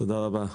תודה רבה.